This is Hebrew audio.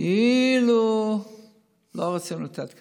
כאילו לא רוצים לתת קנביס.